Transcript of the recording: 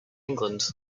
england